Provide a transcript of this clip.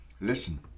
Listen